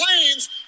planes